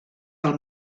del